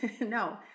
No